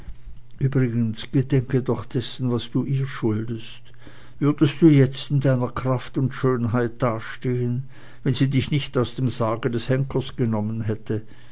übrigens gedenke doch dessen was du ihr schuldest würdest du jetzt in deiner kraft und schönheit dastehen wenn sie dich nicht aus dem sarge des henkers genommen hätte